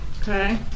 okay